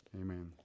amen